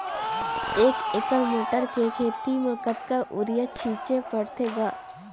एक एकड़ मटर के खेती म कतका युरिया छीचे पढ़थे ग?